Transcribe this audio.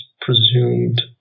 presumed